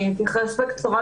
אני אתייחס בקצרה,